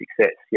success